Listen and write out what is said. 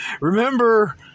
Remember